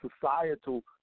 societal